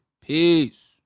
peace